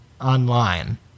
online